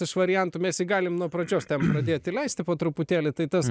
iš variantų mes jį galim nuo pradžios pradėti leisti po truputėlį tai tas